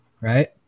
right